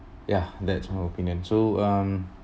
ya that's my opinion so um